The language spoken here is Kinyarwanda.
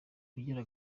ubugira